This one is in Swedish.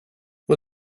och